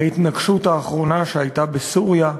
ההתנגשות האחרונה שהייתה בסוריה,